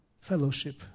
Fellowship